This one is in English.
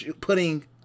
putting